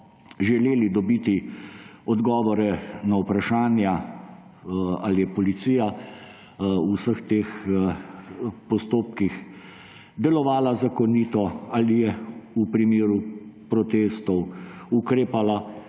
želeli dobiti odgovore na vprašanja, ali je policija v vseh teh postopkih delovala zakonito, ali je v primeru protestov ukrepala